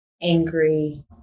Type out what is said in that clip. angry